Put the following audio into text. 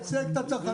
אני מייצג את הצרכנים.